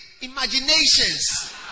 imaginations